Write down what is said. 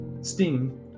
steam